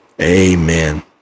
Amen